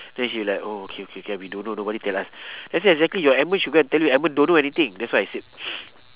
then she like oh okay okay can we don't know nobody tell us then I say exactly your edmund should go and tell you edmund don't know anything that's what I said